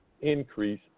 Increase